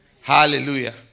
Hallelujah